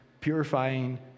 purifying